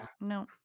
No